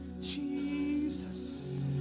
Jesus